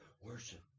worship